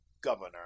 governor